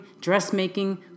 dressmaking